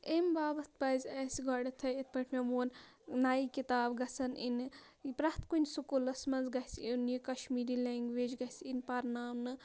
امہِ باپَتھ پَزِ اَسہِ گۄڈٮ۪تھٕے اِتھ پٲٹھۍ مےٚ ووٚن نَیہِ کِتاب گژھن اِنہِ پرٛٮ۪تھ کُنہِ سکوٗلَس منٛز گژھِ یُن یہِ کَشمیٖری لینٛگویج گژھِ یِنۍ پَرناونہٕ